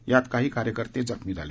यात काही कार्यकर्ते जखमी झाले